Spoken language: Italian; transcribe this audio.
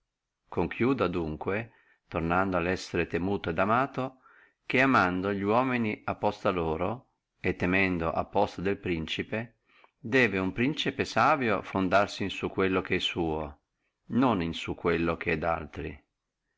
concludo adunque tornando allo essere temuto et amato che amando li uomini a posta loro e temendo a posta del principe debbe uno principe savio fondarsi in su quello che è suo non in su quello che è daltri